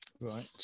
Right